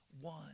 one